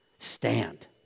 Stand